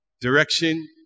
direction